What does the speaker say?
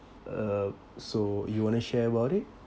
uh so you want to share about it